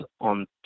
on